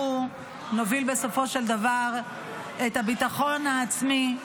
אנחנו נוביל בסופו של דבר את הביטחון העצמי,